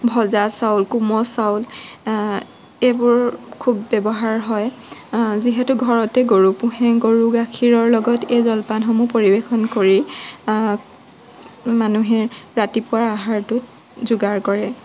ভজা চাউল কোমল চাউল এইবোৰ খুব ব্যৱহাৰ হয় যিহেতু ঘৰতে গৰু পুহে গৰু গাখীৰৰ লগত এই জলপানসমূহ পৰিৱেশন কৰি মানুহে ৰাতিপুৱাৰ আহাৰটো যোগাৰ কৰে